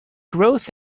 growth